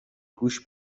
گوش